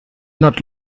not